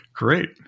Great